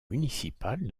municipal